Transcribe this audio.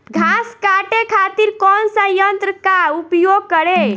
घास काटे खातिर कौन सा यंत्र का उपयोग करें?